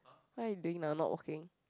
what are you doing now not working